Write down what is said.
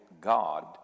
God